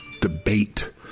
debate